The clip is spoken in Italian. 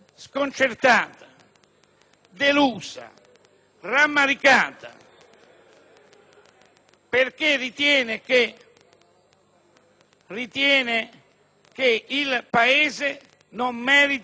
delusa, rammaricata perché ritiene che il Paese non meriti i ceffoni